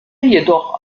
jedoch